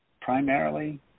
primarily